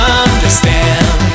understand